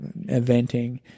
eventing